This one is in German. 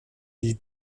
die